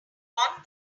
want